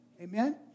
Amen